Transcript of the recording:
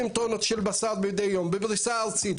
50 טונות של בשר מידי יום בפריסה ארצית,